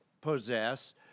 possess